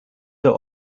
der